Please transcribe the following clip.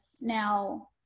now